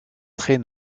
très